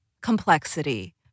complexity